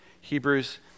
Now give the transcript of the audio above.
Hebrews